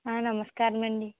నమస్కారం అండి